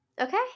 Okay